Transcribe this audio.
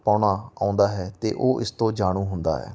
ਪਾਉਣਾ ਆਉਂਦਾ ਹੈ ਅਤੇ ਉਹ ਇਸ ਤੋਂ ਜਾਣੂ ਹੁੰਦਾ ਹੈ